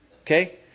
Okay